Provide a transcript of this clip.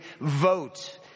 vote